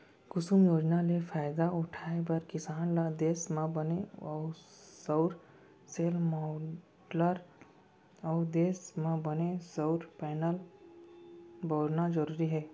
कुसुम योजना ले फायदा उठाए बर किसान ल देस म बने सउर सेल, माँडलर अउ देस म बने सउर पैनल बउरना जरूरी हे